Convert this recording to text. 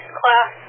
class